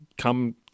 come